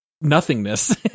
nothingness